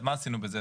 אז מה עשינו בזה?